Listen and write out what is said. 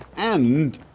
and